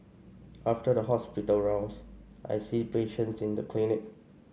after the hospital rounds I see patients in the clinic